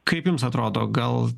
kaip jums atrodo gal